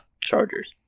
Chargers